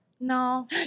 No